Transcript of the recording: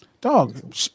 Dog